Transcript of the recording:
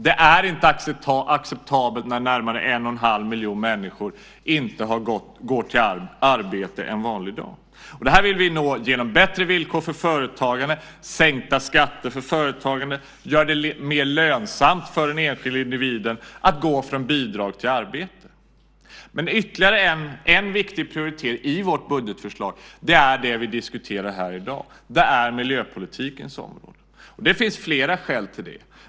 Det är inte acceptabelt när närmare 1 1⁄2 miljon människor inte går till arbete en vanlig dag. Det här vill vi nå genom bättre villkor för företagande, sänkta skatter för företagande och genom att göra det mer lönsamt för den enskilda individen att gå från bidrag till arbete. Men ytterligare en viktig prioritering i vårt budgetförslag är det vi diskuterar här i dag Det är miljöpolitikens område. Det finns flera skäl till det.